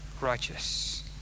righteous